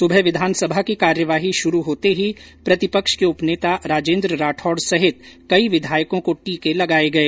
सुबह विधानसभा की कार्यवाही शुरू होते ही प्रतिपक्ष के उप नेता राजेन्द्र राठौड़ सहित कई विधायको को टीके लगाए गए